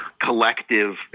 collective